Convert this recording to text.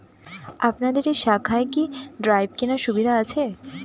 আপনাদের এই শাখায় কি ড্রাফট কেনার সুবিধা আছে?